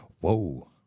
Whoa